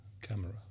camera